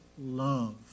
love